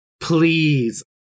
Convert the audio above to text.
please